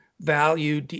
value